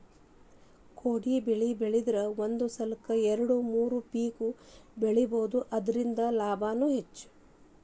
ಕೊಡಿಬೆಳಿದ್ರಂದ ಒಂದ ಸಲಕ್ಕ ಎರ್ಡು ಮೂರು ಪಿಕ್ ಬೆಳಿಬಹುದು ಇರ್ದಿಂದ ಲಾಭಾನು ಹೆಚ್ಚ